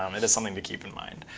um it is something to keep in mind.